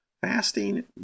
Fasting